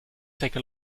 take